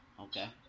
Okay